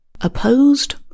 Opposed